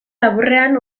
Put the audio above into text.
laburrean